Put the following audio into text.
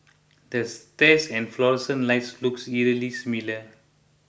the stairs and fluorescent lights looks eerily similar